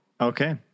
Okay